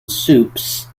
soups